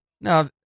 No